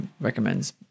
recommends